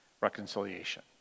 reconciliation